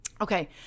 Okay